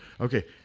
Okay